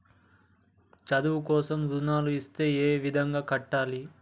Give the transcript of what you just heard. చదువు కోసం రుణాలు ఇస్తే ఏ విధంగా కట్టాలి?